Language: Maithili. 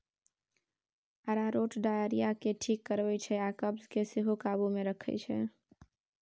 अरारोट डायरिया केँ ठीक करै छै आ कब्ज केँ सेहो काबु मे रखै छै